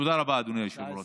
תודה רבה, אדוני היושב-ראש.